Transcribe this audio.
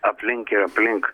aplink ir aplink